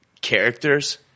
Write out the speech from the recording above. characters